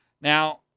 Now